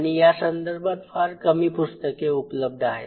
आणि यासंदर्भात फार कमी पुस्तके उपलब्ध आहेत